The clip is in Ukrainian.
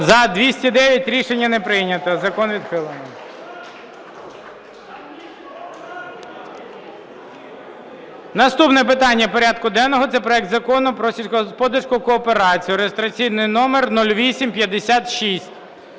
За-209 Рішення не прийнято. Закон відхилений. Наступне питання порядку денного – це проект Закону про сільськогосподарську кооперацію (реєстраційний номер 0856).